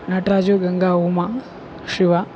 Nataraju Ganga Uma Shiva